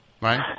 Right